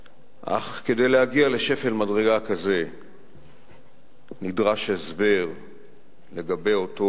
אך כדי להגיע לשפל מדרגה כזה נדרש הסבר לגבי אותו